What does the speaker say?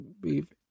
beef